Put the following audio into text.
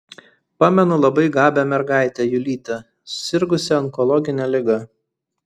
pamenu labai gabią mergaitę julytę sirgusią onkologine liga